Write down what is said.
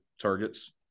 targets